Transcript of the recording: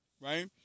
right